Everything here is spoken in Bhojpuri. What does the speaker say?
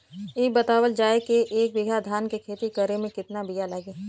इ बतावल जाए के एक बिघा धान के खेती करेमे कितना बिया लागि?